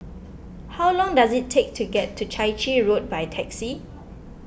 how long does it take to get to Chai Chee Road by taxi